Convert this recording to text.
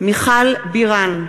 מיכל בירן,